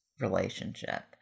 relationship